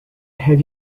have